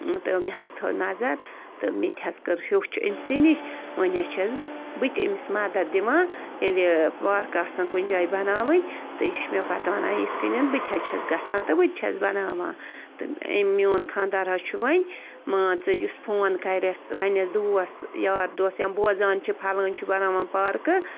تہٕ مےٚ حظ تھٲو نظر تہٕ مےٚ تہِ حظ کٔر ہیوٚچھ أمۍسٕے نِش وۅنۍ حظ چھَس بہٕ تہِ أمِس مَدتھ دِوان ییٚلہِ یہِ پارکہٕ آسان کُنہِ جایہِ بَناوٕنۍ تہٕ یہِ چھُ مےٚ پتہٕ وَنان یِتھٕ کٔنن بہٕ تہِ حظ چھَس گَژھان تہٕ بہٕ تہِ چھَس بَناوان تہٕ أمۍ میٛون خانٛدار حظ چھُ وۅنۍ مان ژٕ یُس فون کَریس وَنٮ۪س دوس یار دوس یا بوزان چھِ فلٲنۍ چھُ بَناوان پارٕکہٕ